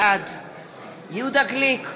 בעד יהודה גליק,